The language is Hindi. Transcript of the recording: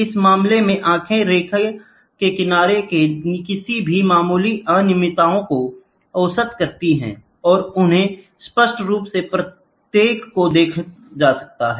इस मामले में आंखें रेखा के किनारों के किसी भी मामूली अनियमितताओं को औसत करती हैं और उन्हें स्पष्ट रूप से प्रत्येक को देखा जाता है